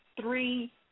three